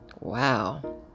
Wow